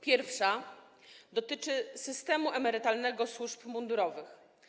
Pierwsza z nich dotyczy systemu emerytalnego służb mundurowych.